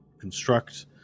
construct